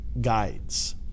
guides